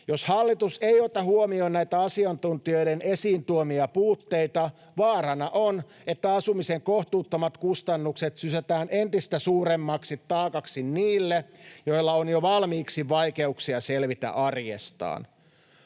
Jos hallitus ei ota huomioon näitä asiantuntijoiden esiin tuomia puutteita, vaarana on, että asumisen kohtuuttomat kustannukset sysätään entistä suuremmaksi taakaksi niille, joilla on jo valmiiksi vaikeuksia selvitä arjestaan.